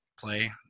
play